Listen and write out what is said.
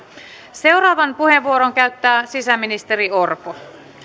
seuraavan puheenvuoron käyttää sisäministeri petteri orpo